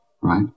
right